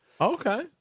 Okay